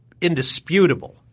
indisputable